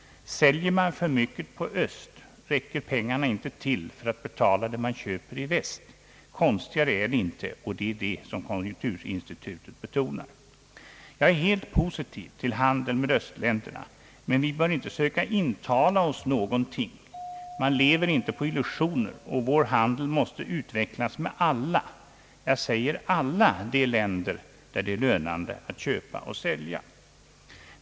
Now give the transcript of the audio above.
Säljer man för mycket på öst, räcker pengarna inte till för att betala det man köper i väst. Konstigare är det inte, och det är detta konjunkturinstitutet betonar. Jag är helt positiv till handel med östländerna, men vi bör inte söka intala oss någonting. Man lever inte på illusioner. Vår handel måste utvecklas med alla — jag säger alla — de länder där det är lönande att köpa och sälja.